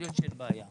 אולי אין בעיה,